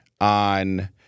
on –